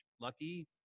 lucky